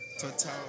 Total